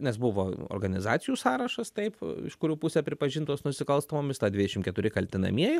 nes buvo organizacijų sąrašas taip iš kurių pusė pripažintos nusikalstamomis ta dvidešim keturi kaltinamieji